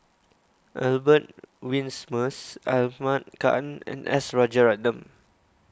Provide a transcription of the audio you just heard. Albert Winsemius Ahmad Khan and S Rajaratnam